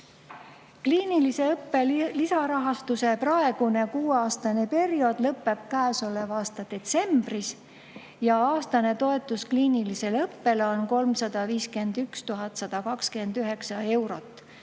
Kliinilise õppe lisarahastuse praegune kuueaastane periood lõpeb käesoleva aasta detsembris ja aastane toetus kliinilisele õppele on 351 129 eurot.